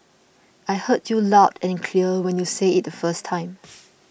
I heard you loud and clear when you said it the first time